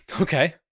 Okay